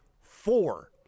four